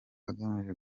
agamije